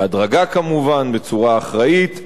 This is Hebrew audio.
בהדרגה כמובן, בצורה אחראית,